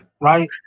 Right